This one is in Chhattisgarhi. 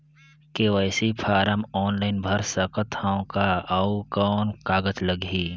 के.वाई.सी फारम ऑनलाइन भर सकत हवं का? अउ कौन कागज लगही?